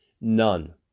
None